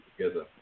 together